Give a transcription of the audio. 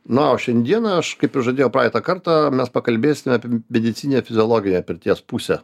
na o šiandieną aš kaip ir žadėjau praeitą kartą mes pakalbėsim api medicininę fiziologinę pirties pusę